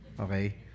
Okay